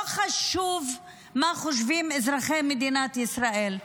לא חשוב מה חושבים אזרחי מדינת ישראל,